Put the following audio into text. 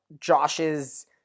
Josh's